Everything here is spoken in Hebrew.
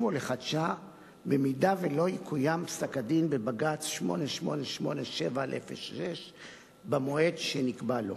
ולחדשה במידה שלא יקוים פסק-הדין בבג"ץ 8887/06 במועד שנקבע לו,